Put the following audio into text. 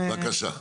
בבקשה,